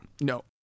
No